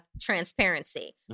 transparency